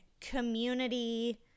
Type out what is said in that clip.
community